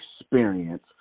experience